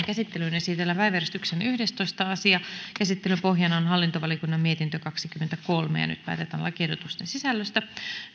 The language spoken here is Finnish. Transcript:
käsittelyyn esitellään päiväjärjestyksen yhdestoista asia käsittelyn pohjana on hallintovaliokunnan mietintö kaksikymmentäkolme nyt päätetään lakiehdotusten sisällöstä